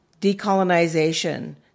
decolonization